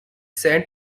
sent